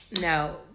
No